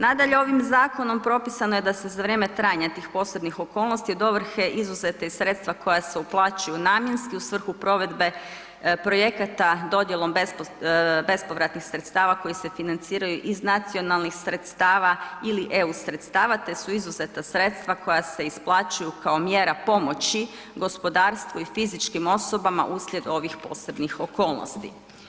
Nadalje, ovim zakonom propisano je da se za vrijeme trajanja tih posebnih okolnosti od ovrhe izuzete iz sredstva koja se uplaćuju namjenski u svrhu provedbe projekata dodjelom bespovratnih sredstava koja se financiraju iz nacionalnih sredstava ili EU sredstava te su izuzeta sredstva koja se isplaćuju kao mjera pomoći gospodarstvu i fizičkim osobama uslijed ovih posebnih okolnosti.